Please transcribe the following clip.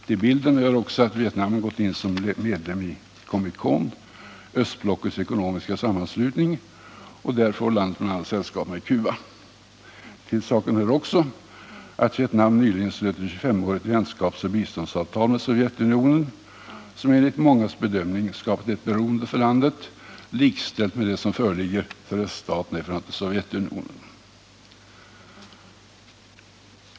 Till bilden hör också att Vietnam gått in som medlem i COMECON, östblockets ekonomiska sammanslutning, och där får landet bl.a. sällskap med Cuba. Vidare hör det till bilden att Vietnam nyligen slöt ett 25-årigt vänskapsoch biståndsavtal med Sovjetunionen som, enligt mångas bedömning, skapat ett beroende för landet likställt med det som föreligger för öststaterna i förhållande till Sovjetunionen.